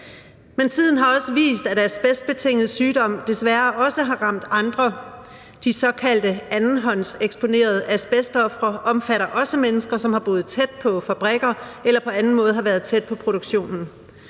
Men tiden har også vist, at asbestbetinget sygdom desværre også har ramt andre. De såkaldt andenhåndseksponerede asbestofre omfatter også mennesker, som har boet tæt på fabrikker eller på anden måde har været tæt på produktionen.